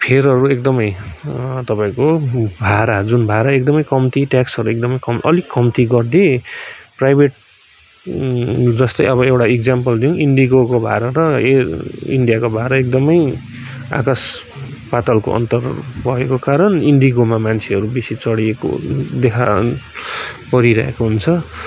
फेयरहरू एकदमै तपाईँको भाडा जुन भाडा एकदमै कम्ती ट्याक्सहरू एकदमै अलिक कम्ती गरिदिए प्राइभेट जस्तै अब एउटा इक्ज्याम्पल दिउँ इन्डिगोको भाडा र एयर इन्डियाको भाडा एकदमै आकास पातलको अन्तर भएको कारण इन्डिगोमा मान्छेहरू बेसी चढेको देखा परिरहेको हुन्छ